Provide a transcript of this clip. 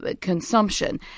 consumption